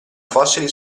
fossili